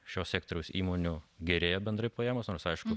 šio sektoriaus įmonių gerėja bendrai paėmus nors aišku